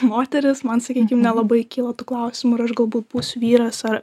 moteris man sakykim nelabai kyla tų klausimų ar aš galbūt būsiu vyras ar